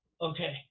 okay